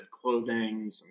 clothing